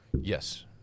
Yes